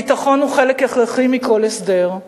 הביטחון הוא חלק הכרחי מכל הסדר.